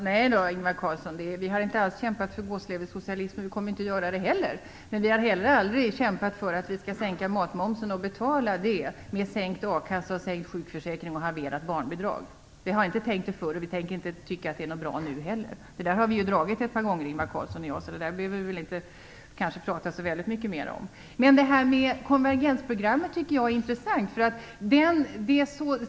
Fru talman! Nej, Ingvar Carlsson, vi har inte alls kämpat för gåsleversocialism och vi kommer inte att göra det heller. Men vi har heller aldrig kämpat för att vi skall sänka matmomsen och betala detta med sänkt a-kassa, sänkt sjukförsäkring och halverat barnbidrag. Vi har inte tyckt det förut och vi tänker inte tycka att det är bra nu heller. Det där har vi ju dragit ett par gånger Ingvar Carlsson och jag, så det behöver vi kanske inte prata så väldigt mycket mer om. Men frågorna runt konvergensprogrammet tycker jag är intressanta.